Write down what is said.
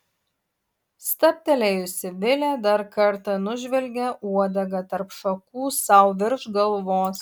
stabtelėjusi vilė dar kartą nužvelgė uodegą tarp šakų sau virš galvos